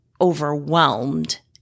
overwhelmed